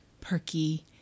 perky